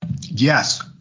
Yes